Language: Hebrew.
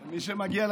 מי שמגיע,